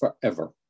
forever